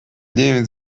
левин